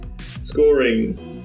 Scoring